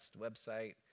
website